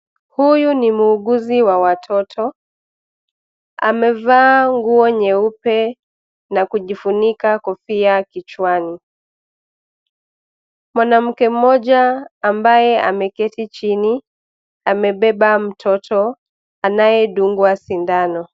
Huyu ni muuguzi wa watoto. Amevaa nguo nyeupe na kujifunika kofia kichwani. Mwanamke mmoja ambaye ameketi chini amebeba mtoto anayedungwa sindano.